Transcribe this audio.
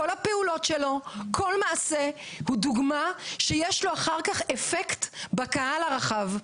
זו דוגמה אישית שיש לה אחר כך אפקט בקהל הרחב,